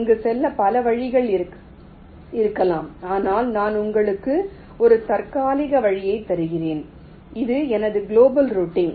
அங்கு செல்ல பல வழிகள் இருக்கலாம் ஆனால் நான் உங்களுக்கு ஒரு தற்காலிக வழியைத் தருகிறேன் இது எனது குளோபல் ரூட்டிங்